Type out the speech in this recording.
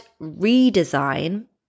redesign